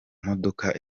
modoka